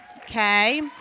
Okay